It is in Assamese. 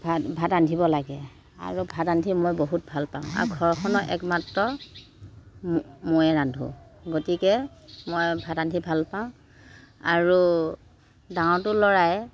ভাত ভাত ৰান্ধিব লাগে আৰু ভাত ৰান্ধি মই বহুত ভাল পাওঁ আৰু ঘৰখনৰ একমাত্ৰ ময়ে ৰান্ধো গতিকে মই ভাত ৰান্ধি ভাল পাওঁ আৰু ডাঙৰটো ল'ৰাই